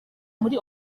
muri